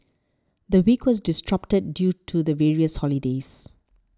the week was disrupted due to the various holidays